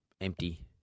empty